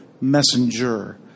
messenger